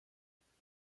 antigua